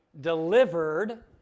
delivered